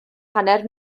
hanner